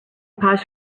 paused